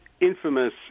infamous